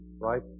right